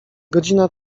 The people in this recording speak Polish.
godzina